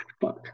Fuck